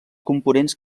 components